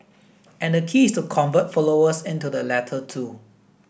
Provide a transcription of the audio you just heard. and the key is to convert followers into the latter two